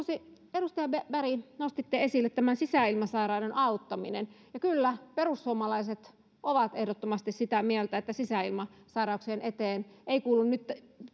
edustaja berg nostitte esille tämän sisäilmasairaiden auttamisen ja kyllä perussuomalaiset ovat ehdottomasti sitä mieltä että sisäilmasairaiden eteen tämä ei kuulu